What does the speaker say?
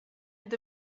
with